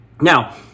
now